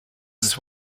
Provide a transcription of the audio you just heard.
his